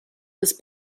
this